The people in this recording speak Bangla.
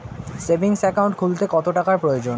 সেভিংস একাউন্ট খুলতে কত টাকার প্রয়োজন?